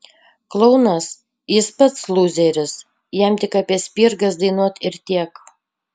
klounas jis pats lūzeris jam tik apie spirgas dainuot ir tiek